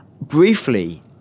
briefly